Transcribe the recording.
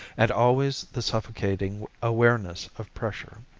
and always the suffocating awareness of pressure.